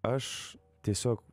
aš tiesiog